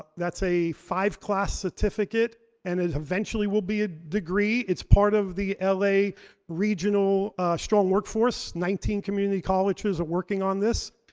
that's a five class certificate, and it eventually will be a degree. it's part of the la regional strong workforce, nineteen community colleges are working on this.